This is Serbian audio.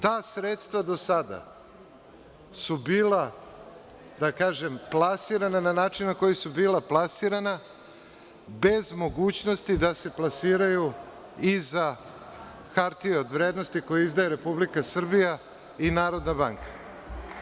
Ta sredstva do sada su bila plasirana na način na koji su bila plasirana bez mogućnosti da se plasiraju i za hartije od vrednosti koje izdaje Republika Srbija i Narodna banka…